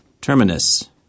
Terminus